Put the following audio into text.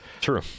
True